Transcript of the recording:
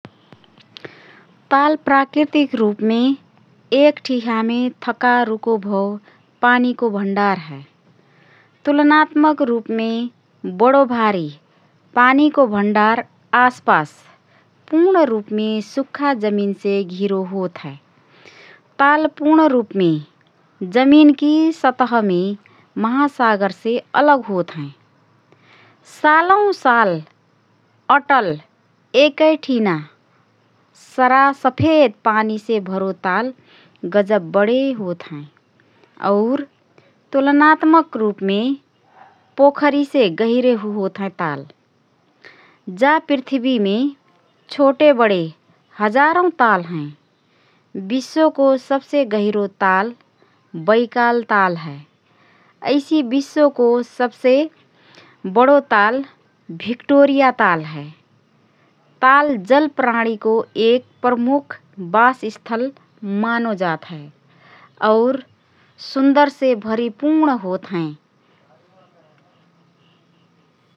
ताल प्राकृतिक रुपमे एक ठिहामे थका रुको भओ पानीको भण्डार हए । तुलनात्मक रूपमे बडो भारी पानीको भण्डार आसपास पूर्ण रूपमे सुख्खा जमिनसे घिरो होतहए । ताल पूर्ण रूपमे जमिनकी सतहमे महासागरसे अलग होतहएँ । सालौसाल अटल एकए ठिना सरासफेद पानीसे भरो ताल गजब बडे होतहएँ और तुलनात्मक रूपमे पोखरीसे गहिरे होतहएँ ताल । जा पृथ्वीमे छोटेबडे हजारौ ताल हएँ । विश्वको सबसे गहिरो ताल बैकाल ताल हए । ऐसि विश्वको सबसे बडो ताल भिक्टोरिया ताल हए । ताल जल प्राणीको एक प्रमुख बास स्थल मनोजात हए और सुन्दरसे भरिपूर्ण होत हए ।